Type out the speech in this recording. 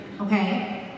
okay